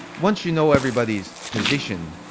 once you know everybody's position,